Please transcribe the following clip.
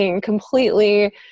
completely